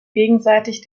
gegenseitig